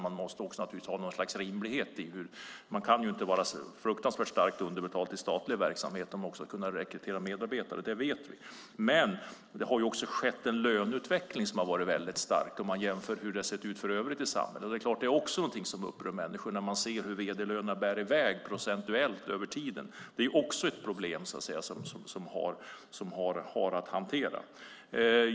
Man måste ha en rimlighet, och människor kan inte vara starkt underbetalda i statlig verksamhet om man ska kunna rekrytera medarbetare. Det vet vi. Det har också skett en löneutveckling som varit väldigt stark jämfört med hur det har sett ut i övrigt i samhället. Det upprör människor när de ser hur vd-lönerna bär i väg procentuellt över tiden. Det är också en sak som vi har att hantera.